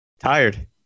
Tired